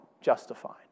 justified